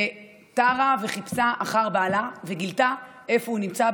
ותרה וחיפשה אחר בעלה וגילתה איפה הוא נמצא,